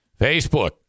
Facebook